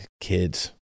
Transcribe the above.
kids